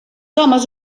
homes